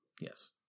yes